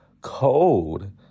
cold